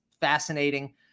fascinating